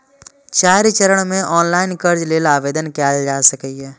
चारि चरण मे ऑनलाइन कर्ज लेल आवेदन कैल जा सकैए